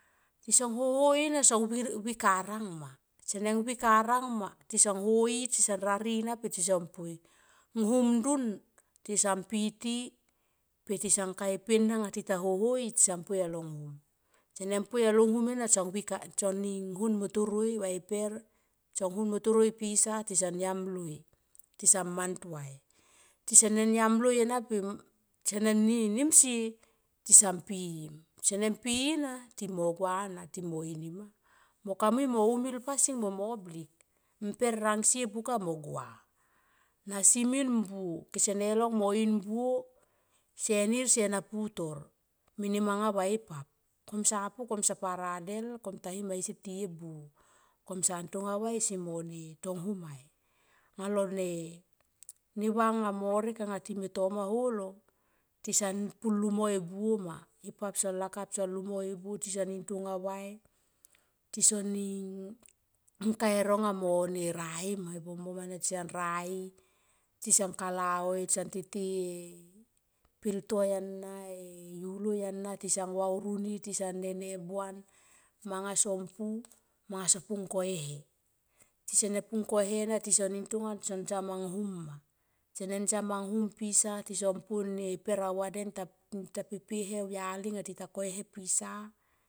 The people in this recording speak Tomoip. Tison hohoi na son vi karang ma sene vi karang ma tison hoi tison rari na tison poi. Nghunam ndun tisan piti pe tison ka e pena nga tita hohoi tsan poi anga long hum sene poi along hum ena tson hon mo toroi va e per tison han motoroi pisa tisan man tuai, tisan yam loi ena pe sene nim sie tsan pi i nem pi i na ti mo gua na ti mo ini ma. Mo ka mui mo umil pasing moblik miper rang sie buka o gua. Na simin mbuo sene long mo in buo senir sena putor mene manga va e pap kom sa pu kom sa radel va e pap mo him ai sier ti e buo se kom sa tonga vai se mone tong hum mai amga lone ne va nga morek anga time toma halo tisan pu lung mo e buo ma. E pap son lakap son lung mo e buo tisan ning tonga vai tison ning ngkai e ronga mo rai ma e bombom ana tsan rai tsan kala oi tsan tete e peltoi ana e yulai ana tsan varuni tisan nene buan manga son pu manga son pu ko e he. Tisana pu ko e ne na tisan ntonga tisa samang num ma sene samang hum pisa tisan po e per au ya den ta pepe he au yali nga tita ko ehe pisa.